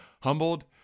humbled